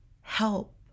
help